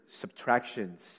subtractions